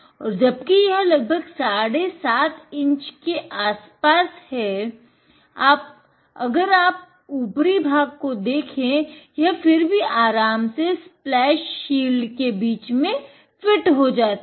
और जबकि यह लगभग साढे सात इंच के आस पास है अगर आप ऊपरी भाग को देखे यह फिर भी आराम से स्प्लेश शील्ड के बीच मे आराम से फिट हो जाता है